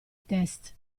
test